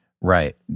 Right